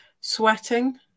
Sweating